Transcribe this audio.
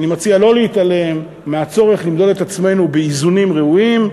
אני מציע לא להתעלם מהצורך למדוד את עצמנו באיזונים ראויים,